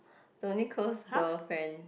the only close girl friend